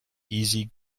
easy